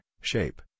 shape